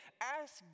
Ask